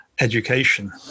education